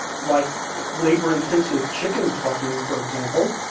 like labor-intensive chicken plucking, for example,